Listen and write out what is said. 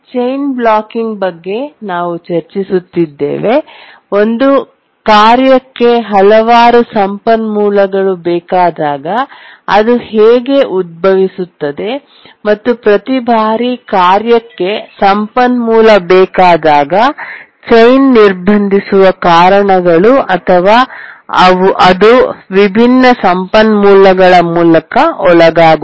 chain blocking ಬಗ್ಗೆ ನಾವು ಚರ್ಚಿಸುತ್ತೇವೆ ಒಂದು ಕಾರ್ಯಕ್ಕೆ ಹಲವಾರು ಸಂಪನ್ಮೂಲಗಳು ಬೇಕಾದಾಗ ಅದು ಹೇಗೆ ಉದ್ಭವಿಸುತ್ತದೆ ಮತ್ತು ಪ್ರತಿ ಬಾರಿ ಕಾರ್ಯಕ್ಕೆ ಸಂಪನ್ಮೂಲ ಬೇಕಾದಾಗ ಚೈನ್ ನಿರ್ಬಂಧಿಸುವ ಕಾರಣಗಳು ಅಥವಾ ಅದು ವಿಭಿನ್ನ ಸಂಪನ್ಮೂಲಗಳ ಮೂಲಕ ಒಳಗಾಗುತ್ತದೆ